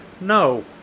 No